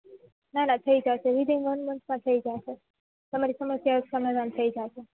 ના ના થઈ જશે વિઘીન વન મન્થમાં થઈ જશે તમારી સમસ્યાનું સમાધાન થઈ જશે